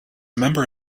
member